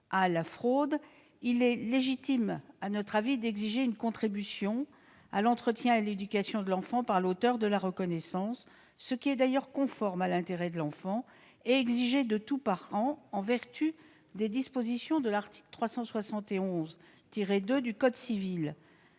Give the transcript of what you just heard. de la fraude, il paraît légitime d'exiger une contribution à l'entretien et à l'éducation de l'enfant par l'auteur de la reconnaissance de filiation, ce qui est d'ailleurs conforme à l'intérêt de l'enfant et est exigé de tout parent en vertu des dispositions de l'article 371-2 du code civil.